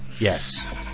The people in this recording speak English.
Yes